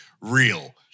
real